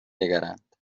نگرند